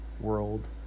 world